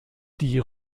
die